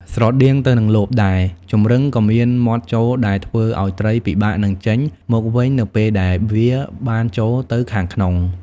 ស្រដៀងទៅនឹងលបដែរ ចម្រឹងក៏មានមាត់ចូលដែលធ្វើឲ្យត្រីពិបាកនឹងចេញមកវិញនៅពេលដែលវាបានចូលទៅខាងក្នុង។